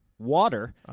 Water